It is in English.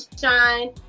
shine